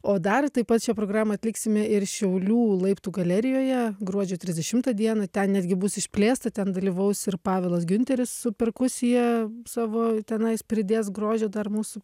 o dar taip pat šią programą atliksime ir šiaulių laiptų galerijoje gruodžio trisdešimtą dieną ten netgi bus išplėsta ten dalyvaus ir pavelas giunteris su perkusija savo tenais pridės grožio dar mūsų